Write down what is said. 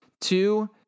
Two